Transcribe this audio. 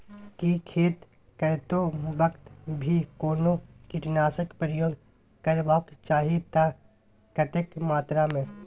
की खेत करैतो वक्त भी कोनो कीटनासक प्रयोग करबाक चाही त कतेक मात्रा में?